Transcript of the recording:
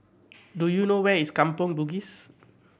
do you know where is Kampong Bugis